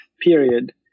period